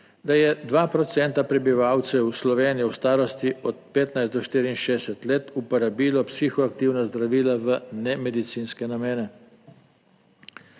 Da je 2 % prebivalcev Slovenije v starosti od 15 do 64 let uporabilo psihoaktivna zdravila v ne medicinske namene.